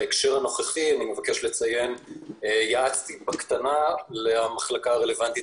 בהקשר הנוכחי אני מבקש לציין שייעצתי בקטנה למחלקה הרלוונטית